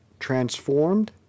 transformed